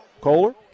Kohler